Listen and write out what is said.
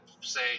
say